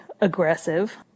aggressive